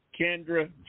Kendra